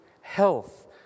health